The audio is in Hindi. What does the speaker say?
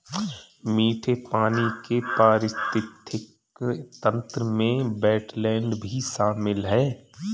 मीठे पानी के पारिस्थितिक तंत्र में वेट्लैन्ड भी शामिल है